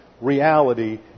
reality